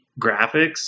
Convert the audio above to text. graphics